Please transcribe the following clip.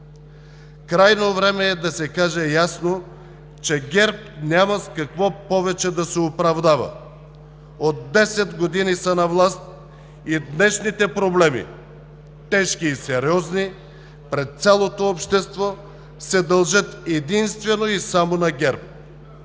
Крайно време е да се каже ясно, че ГЕРБ нямат с какво повече да се оправдават! От 10 години са на власт и днешните проблеми – тежки и сериозни, пред цялото общество се дължат единствено и само на ГЕРБ.